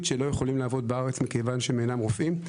שלא יכולים לעבוד בארץ מכיוון שהם אינם רופאים.